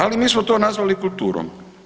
Ali mi smo to nazvali kulturom.